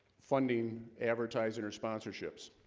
funding advertising or sponsorships